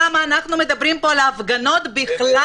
למה אנחנו מדברים פה על ההפגנות בכלל?